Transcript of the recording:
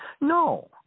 No